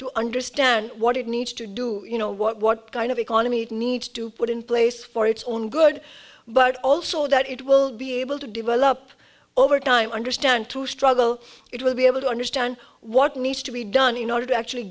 to understand what it needs to do you know what kind of economy need to put in place for its own good but also that it will be able to develop over time understand to struggle it will be able to understand what needs to be done in order to actually